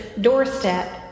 doorstep